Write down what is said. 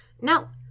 Now